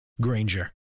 Granger